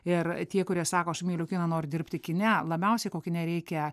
ir tie kurie sako aš myliu kiną noriu dirbti kine labiausiai kokį nereikia